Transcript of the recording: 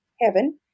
heaven